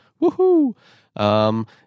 Woohoo